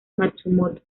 matsumoto